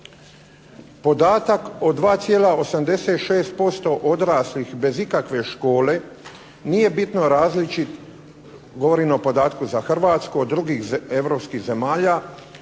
Podatak o 2,86% odraslih bez ikakve škole, nije bitno različit, govorim o podatku za Hrvatsku od drugih europskih zemalja,